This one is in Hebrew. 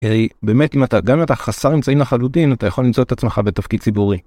היי, באמת, גם אם אתה חסר אמצעים לחלוטין, אתה יכול למצוא את עצמך בתפקיד ציבורי.